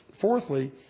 Fourthly